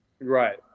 Right